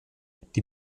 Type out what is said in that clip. die